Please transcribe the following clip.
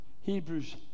Hebrews